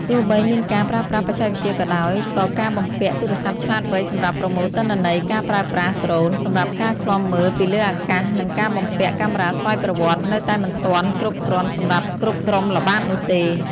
ទោះបីមានការប្រើប្រាស់បច្ចេកវិទ្យាក៏ដោយ ក៏ការបំពាក់ ទូរស័ព្ទឆ្លាតវៃ សម្រាប់ប្រមូលទិន្នន័យ ការប្រើប្រាស់ ដ្រូន សម្រាប់ការឃ្លាំមើលពីលើអាកាស និងការបំពាក់ កាមេរ៉ាស្វ័យប្រវត្តិ នៅតែមិនទាន់គ្រប់គ្រាន់សម្រាប់គ្រប់ក្រុមល្បាតនោះទេ។